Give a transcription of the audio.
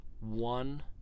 one